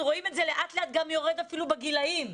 רואים שזה לאט לאט גם יורד אפילו בגילים.